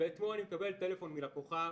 אתמול אני קיבלתי טלפון מלקוחה,